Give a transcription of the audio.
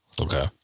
Okay